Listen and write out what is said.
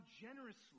generously